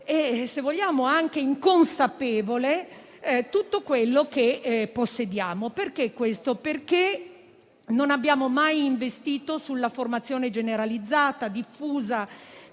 e, se vogliamo, anche inconsapevole - tutto quello che possediamo. E ciò avviene perché non abbiamo mai investito sulla formazione generalizzata e diffusa